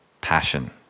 passion